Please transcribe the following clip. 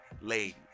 lady